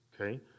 Okay